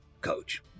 Coach